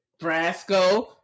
Brasco